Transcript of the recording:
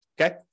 Okay